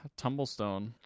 Tumblestone